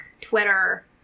Twitter